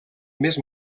més